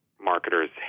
marketers